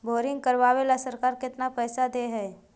Boring करबाबे ल सरकार केतना पैसा दे है?